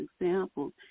examples